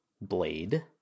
blade